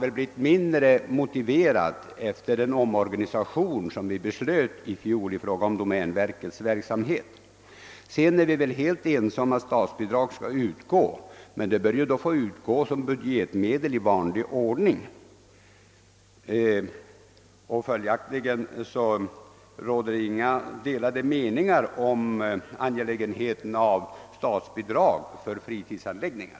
Motionerna är än mindre motiverade nu efter den omorganisation av domänverket som riksdagen beslöt i fjol. Vi är helt eniga om att statsbidrag skall utgå, men det bör utgå i vanlig ordning över budgeten. Det råder emellertid inga delade meningar om angelägenheten av statsbidrag för fritidsanläggningar.